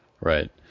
right